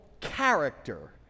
character